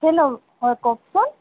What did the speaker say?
hello হয় কওকচোন